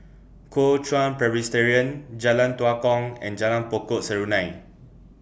Kuo Chuan Presbyterian Jalan Tua Kong and Jalan Pokok Serunai